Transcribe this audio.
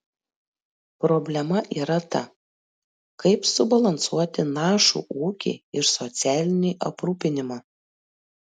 problema yra ta kaip subalansuoti našų ūkį ir socialinį aprūpinimą